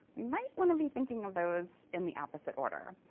we might want to be thinking of those in the opposite order.